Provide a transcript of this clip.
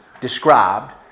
described